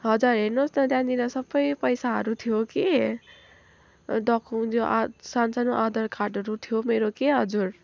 हजुर हेर्नुहोस् न त्यहाँनिर सबै पैसाहरू थियो कि डकु यो आ सान सानो आधार कार्डहरू थियो मेरो कि हजुर